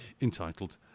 entitled